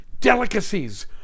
delicacies